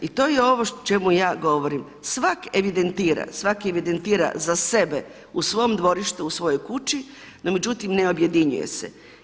I to je ovo o čemu ja govorim, svatko evidentira, svatko evidentira za sebe, u svom dvorištu u svojoj kući no međutim ne objedinjuje se.